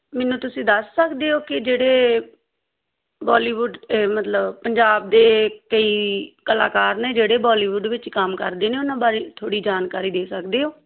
ਮੈਨੂੰ ਤੁਸੀਂ ਦੱਸ ਸਕਦੇ ਹੋ ਕਿ ਜਿਹੜੇ ਬੋਲੀਵੁੱਡ ਮਤਲਬ ਪੰਜਾਬ ਦੇ ਕਈ ਕਲਾਕਾਰ ਨੇ ਜਿਹੜੇ ਬਾਲੀਵੁੱਡ ਵਿੱਚ ਕੰਮ ਕਰਦੇ ਨੇ ਉਹਨਾਂ ਬਾਰੇ ਥੋੜ੍ਹੀ ਜਾਣਕਾਰੀ ਦੇ ਸਕਦੇ ਹੋ